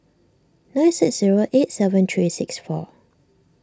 nine six zero eight seven three six four